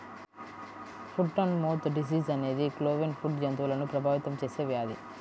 foot and mouth disease అనేది cloven foot జంతువులను ప్రభావితం చేసే వ్యాధి